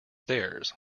theirs